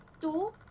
two